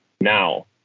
now